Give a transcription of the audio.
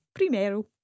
primeiro